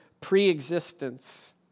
preexistence